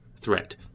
threat